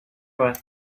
rack